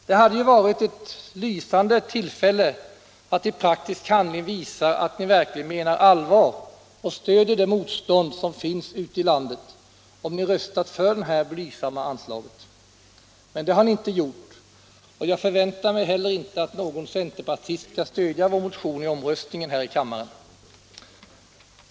Det hade ju då varit ett lysande tillfälle att i praktisk handling visa att ni verkligen menar allvar och stöder det motstånd som finns ute i landet om ni röstat för det här blygsamma anslaget, men det har ni inte gjort — och jag förväntar mig heller inte att någon centerpartist skall stödja vår motion vid omröstningen här i kammaren.